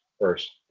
first